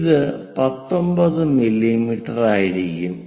ഇത് 19 മില്ലീമീറ്ററായിരിക്കും